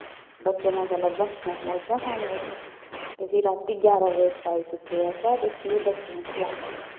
बच्चे मगर लग्गन मोमोस गै खाने असें ते फ्ही रातीं जारां बजे फ्राई कीते असें ते फ्ही बच्चें गी खलाए